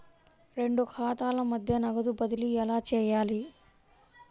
రెండు ఖాతాల మధ్య నగదు బదిలీ ఎలా చేయాలి?